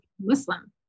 Muslim